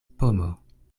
pomo